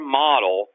model